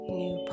new